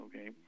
okay